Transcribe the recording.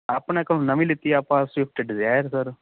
ਆਪਣੇ ਕੋਲ ਨਵੀਂ ਲਿੱਤੀ ਐ ਆਪਾਂ ਸਵਿਫਟ ਡਜੈਰ ਸਰ